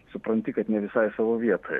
supranti kad ne visai savo vietoj